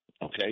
Okay